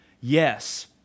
Yes